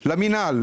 למינהל,